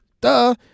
Duh